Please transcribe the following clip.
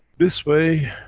this way,